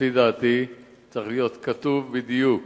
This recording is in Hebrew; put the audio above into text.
לפי דעתי צריך להיות כתוב בדיוק